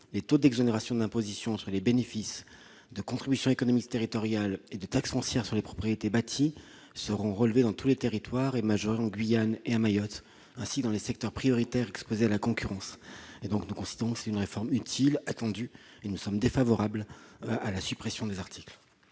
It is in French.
Les taux d'exonération de l'imposition sur les bénéfices, de contribution économique territoriale et de taxe foncière sur les propriétés bâties seront relevés dans tous les territoires et majorés en Guyane et à Mayotte, ainsi que dans les secteurs prioritaires exposés à la concurrence. Cette réforme est utile et attendue. Nous sommes donc défavorables à la suppression de l'article.